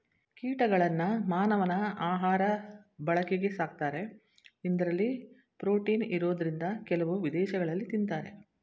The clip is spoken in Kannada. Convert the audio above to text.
ಕೀಟಗಳನ್ನ ಮಾನವನ ಆಹಾಋ ಬಳಕೆಗೆ ಸಾಕ್ತಾರೆ ಇಂದರಲ್ಲಿ ಪ್ರೋಟೀನ್ ಇರೋದ್ರಿಂದ ಕೆಲವು ವಿದೇಶಗಳಲ್ಲಿ ತಿನ್ನತಾರೆ